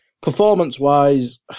performance-wise